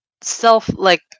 self-like